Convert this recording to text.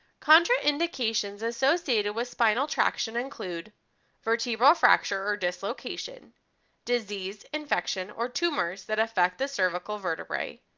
contraindications associated with spinal traction include vertebral fracture or dislocation disease, infection or tumors that affect the cervical vertebrae,